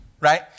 right